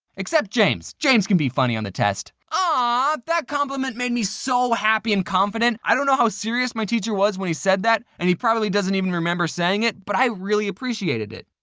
except james. james can be funny on the test. aww! that compliment made me so happy and confident. i don't know how serious my teacher was when he said that and he probably doesn't even remember saying it, but i really appreciated it.